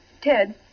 Ted